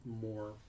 more